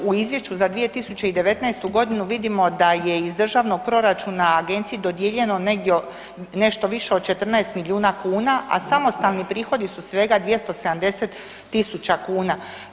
U izvješću za 2019. godinu vidimo da je iz državnog proračuna Agenciji dodijeljeno negdje nešto više od 14 milijuna kuna, a samostalni prihodi su svega 270 tisuća kuna.